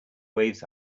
waves